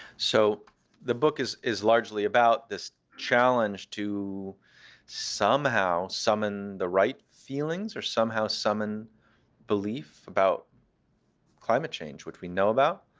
so the book is is largely about this challenge to somehow summon the right feelings or somehow summon belief about climate change, which we know about,